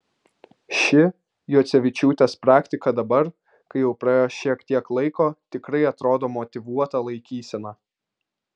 ši juocevičiūtės praktika dabar kai jau praėjo šiek tiek laiko tikrai atrodo motyvuota laikysena